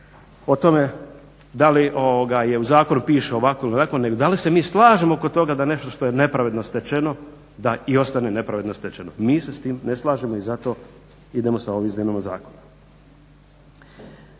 o tome da li u zakonu piše ovako ili onako nego da li se mi slažemo oko toga da nešto što je nepravedno stečeno da i ostane nepravedno stečeno. Mi se s tim ne slažemo i zato idemo sa ovim izmjenama zakona.